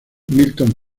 milton